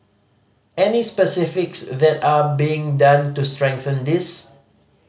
any specifics that are being done to strengthen this